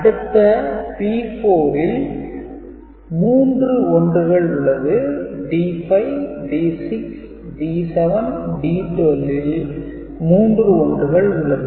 அடுத்த P4 ல் மூன்று 1 கள் உள்ளது D5 D6 D7 D12 ல் மூன்று 1 கள் உள்ளது